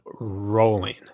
rolling